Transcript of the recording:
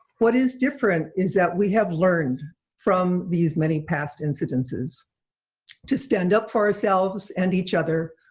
what is different is that we have learned from these many past incidences to stand up for ourselves and each other,